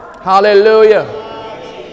hallelujah